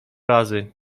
razy